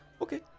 Okay